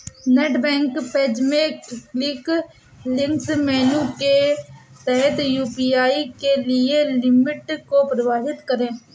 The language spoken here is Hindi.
नेट बैंक पेज में क्विक लिंक्स मेनू के तहत यू.पी.आई के लिए लिमिट को परिभाषित करें